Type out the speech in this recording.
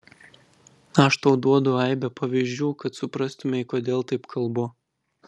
aš tau duodu aibę pavyzdžių kad suprastumei kodėl taip kalbu